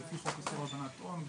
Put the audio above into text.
לפי חוק איסור הלבנת הון,